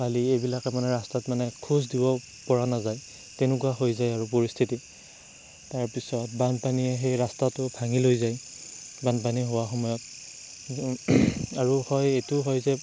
বালি এইবিলাকে মানে ৰাস্তাত মানে খোজ দিব পৰা নাযায় তেনেকুৱা হৈয যায় আৰু পৰিস্থিতি তাৰপিছত বানপানীয়ে সেই ৰাস্তাটো ভাঙি লৈ যায় বানপানী হোৱা সময়ত আৰু হয় এইটোও হয় যে